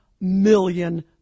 million